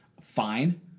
fine-